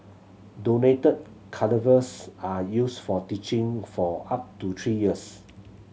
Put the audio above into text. donated cadavers are used for teaching for up to three years